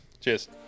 cheers